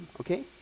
Okay